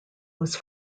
was